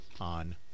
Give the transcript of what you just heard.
on